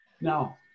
Now